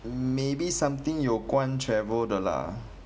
maybe something 有关 travel 的 lah